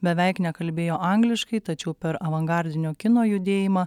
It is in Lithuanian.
beveik nekalbėjo angliškai tačiau per avangardinio kino judėjimą